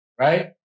Right